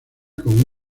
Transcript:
como